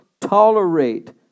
tolerate